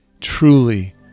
Truly